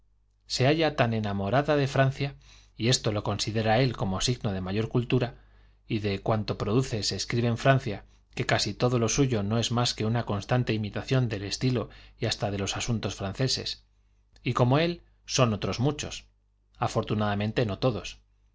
se halla tan enamorada de francia y esto lo considera él como signo de mayor cultura y de cuanto se produce y se escribe en francia que casi todo lo suyo no es más una constante imitación del estilo y hasta que de los asuntos franceses y como él son otros muchos afortunadamente no todos